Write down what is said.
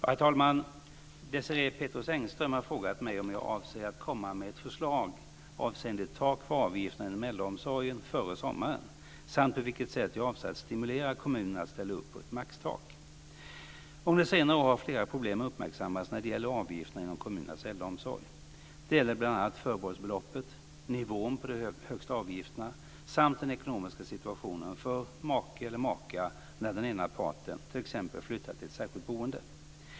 Herr talman! Desirée Pethrus Engström har frågat mig om jag avser att komma med ett förslag avseende tak för avgifterna inom äldreomsorgen före sommaren samt på vilket sätt jag avser att "stimulera" kommunerna att ställa upp på ett maxtak. Under senare år har flera problem uppmärksammats när det gäller avgifterna inom kommunernas äldreomsorg. Det gäller bl.a. förbehållsbeloppet, nivån på de högsta avgifterna samt den ekonomiska situationen för make eller maka när den ena parten t.ex. flyttar till ett särskilt boende.